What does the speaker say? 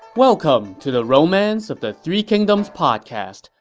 welcome to the romance of the three kingdoms podcast.